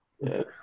yes